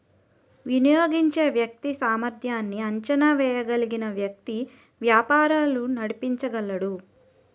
వినియోగించే వ్యక్తి సామర్ధ్యాన్ని అంచనా వేయగలిగిన వ్యక్తి వ్యాపారాలు నడిపించగలడు